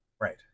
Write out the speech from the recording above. Right